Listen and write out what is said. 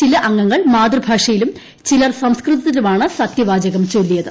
ചില അംഗങ്ങൾ മാതൃഭാഷയിലും ചിലർ സംസ്കൃതത്തിലുമാണ് സത്യവാചകം ചൊല്ലിയത്